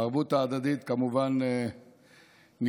הערבות ההדדית כמובן נפגעת,